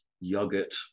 yogurt